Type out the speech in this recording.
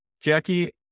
Jackie